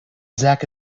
zak